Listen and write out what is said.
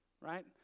right